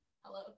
Hello